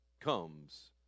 comes